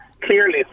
clearly